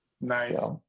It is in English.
nice